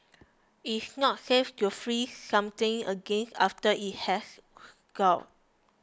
it is not safe to freeze something again after it has thawed